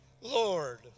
Lord